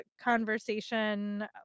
conversation